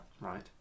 Right